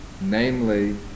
namely